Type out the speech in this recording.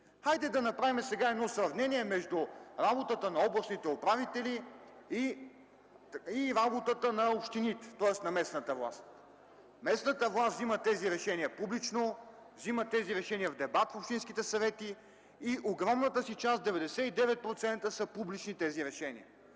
Хайде да направим сега едно сравнение между работата на областните управители и работата на общините, тоест на местната власт. Местната власт взима тези решения публично, взима тези решения в дебат в общинските съвети и в огромната си част, в 99%, тези решения